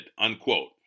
unquote